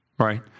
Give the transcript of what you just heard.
Right